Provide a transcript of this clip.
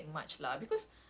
ya ya ya